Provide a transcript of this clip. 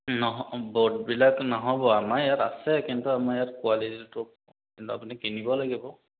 নহ'ব বৰ্ডবিলাক নহ'ব আমাৰ ইয়াত আছে কিন্তু আমাৰ ইয়াত কোৱালিটিটো কিন্তু আপুনি কিনিব লাগিব